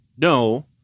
no